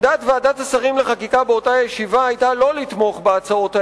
עמדת ועדת השרים לחקיקה באותה ישיבה היתה שלא לתמוך בהצעות האלה,